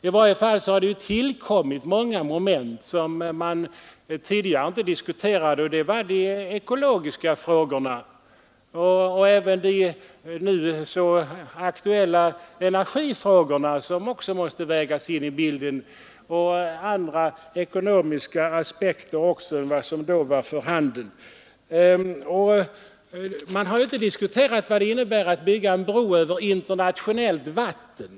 I varje fall har det tillkommit så många moment som man tidigare inte diskuterade — de ekologiska frågorna och de nu så aktuella energifrågorna, som också måste vägas in i bilden. De ekonomiska aspekterna är också andra än de som då var för handen. Man har inte heller diskuterat vad det innebär att bygga en bro över internationellt vatten.